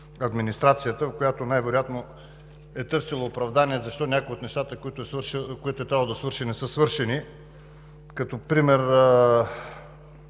която най-вероятно е търсила оправдание за нещата, които е трябвало да свърши, пък не са свършени. Като пример: